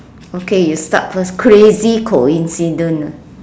okay you start first crazy coincidence